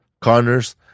Connors